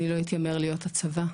אני לא אתיימר להיות הצבא,